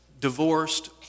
divorced